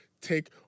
Take